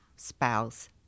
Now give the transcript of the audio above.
spouse